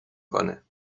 کنه